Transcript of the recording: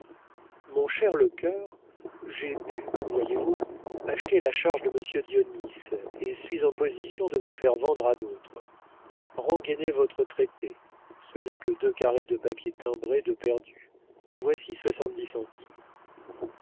mon cher lecœur j'ai pu voyez-vous acheter la charge de monsieur dionis et suis en position de vous faire vendre à d'autres rengainez votre traité ce n'est que deux carrés de papier timbrés de perdus voici soixante-dix centimes